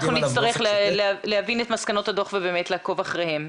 אנחנו נצטרך להבין את מסקנות הדוח ובאמת לעקוב אחריהן,